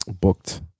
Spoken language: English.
booked